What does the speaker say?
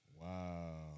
Wow